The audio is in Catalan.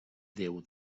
déu